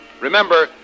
Remember